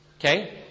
okay